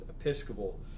Episcopal